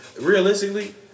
realistically